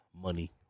money